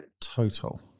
total